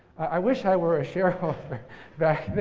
i wish i were a shareholder back then.